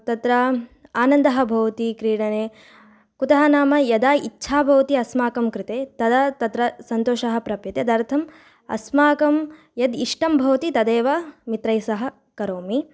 तत्र आनन्दः भवति क्रीडने कुतः नाम यदा इच्छा भवति अस्माकं कृते तदा तत्र सन्तोषः प्राप्यते तदर्थम् अस्माकं यद् इष्टं भवति तदेव मित्रैः सह करोमि